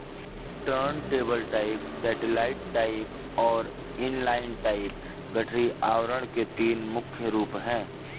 turntable type, satellite type और inline type गठरी आवरण के तीन मुख्य रूप है